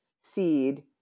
seed